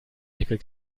nickel